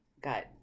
got